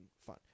fun